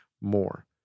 more